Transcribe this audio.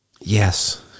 Yes